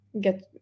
get